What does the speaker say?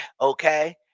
okay